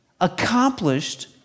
accomplished